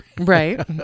Right